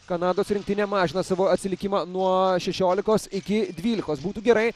kanados rinktinė mažina savo atsilikimą nuo šešiolikos iki dvylikos būtų gerai